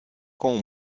com